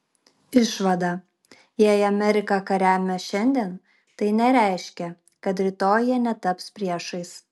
išvada jei amerika ką remia šiandien tai nereiškia kad rytoj jie netaps priešais